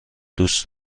دوست